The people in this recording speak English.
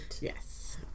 yes